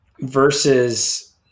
versus